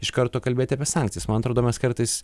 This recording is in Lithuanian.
iš karto kalbėt apie sankcijas man atrodo mes kartais